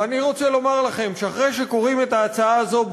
ואני רוצה לומר לכם שאחרי שקוראים את ההצעה הזו,